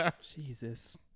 Jesus